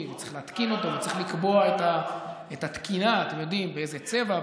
וצריך להתקין אותם ולקבוע את התקינה: באיזה צבע,